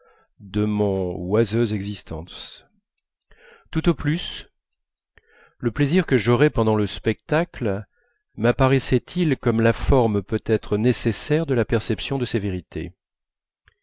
de mon oiseuse existence tout au plus le plaisir que j'aurais pendant le spectacle mapparaissait il comme la forme peut-être nécessaire de la perception de ces vérités